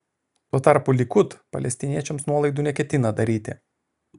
tuo tarpu likud palestiniečiams nuolaidų neketina daryti